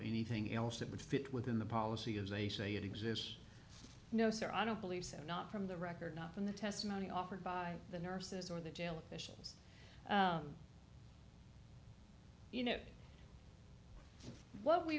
anything else that would fit within the policy as they say it exists no sir i don't believe so not from the record not from the testimony offered by the nurses or the jail officials you know what we